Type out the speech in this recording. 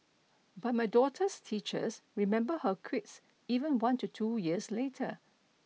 but my daughter's teachers remember her quirks even one to two years later